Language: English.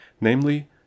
namely